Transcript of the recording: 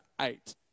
eight